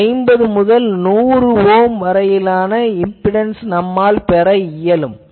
எனவே 50 ஓம் முதல் 100 ஓம் வரையிலான இம்பிடன்ஸ் நம்மால் பெற இயலும்